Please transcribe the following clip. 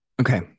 Okay